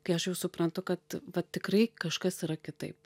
kai aš jau suprantu kad vat tikrai kažkas yra kitaip